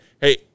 Hey